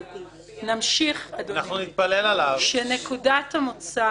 אבל נמשיך, אדוני, שנקודת המוצא